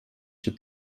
się